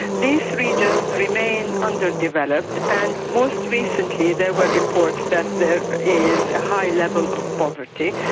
these regions remain underdeveloped, and most recently there were reports that there is a high level of poverty.